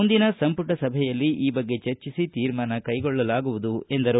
ಮುಂದಿನ ಸಂಪುಟ ಸಭೆಯಲ್ಲಿ ಚರ್ಚಿಸಿ ತೀರ್ಮಾನ ಕೈಗೊಳ್ಳಲಾಗುವುದು ಎಂದರು